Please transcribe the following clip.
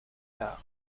tard